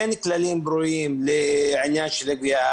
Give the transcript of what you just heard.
אין כללים ברורים לעניין של גבייה.